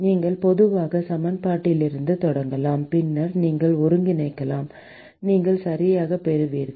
நீங்கள் பொதுவான சமன்பாட்டிலிருந்து தொடங்கலாம் பின்னர் நீங்கள் ஒருங்கிணைக்கலாம் நீங்கள் சரியாகப் பெறுவீர்கள்